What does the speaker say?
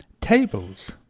tables